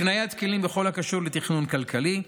הקניית כלים בכל הקשור לתכנון כלכלי,